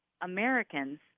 Americans